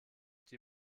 die